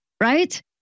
right